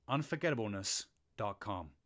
Unforgettableness.com